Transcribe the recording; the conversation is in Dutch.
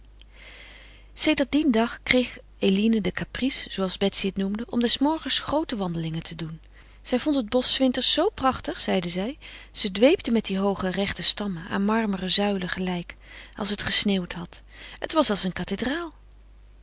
sedert dien dag kreeg eline de caprice zooals betsy het noemde om des morgens groote wandelingen te doen zij vond het bosch s winters zoo prachtig zeide zij ze dweepte met die hooge rechte stammen aan marmeren zuilen gelijk als het gesneeuwd had het was als een kathedraal